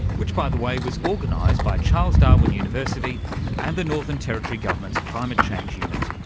which, by the way, was organised by charles darwin university and the northern territory government's climate change unit.